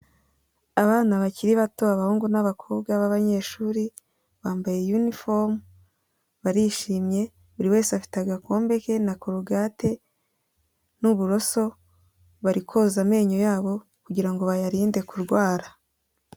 Abana bakiri bato, abahungu n'abakobwa b'abanyeshuri, bambaye unifomu, barishimye buri wese afite agakombe ke na korogate n'uburoso, bari koza amenyo yabo kugira ngo bayarinde kurwara.